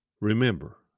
remember